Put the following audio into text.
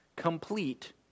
Complete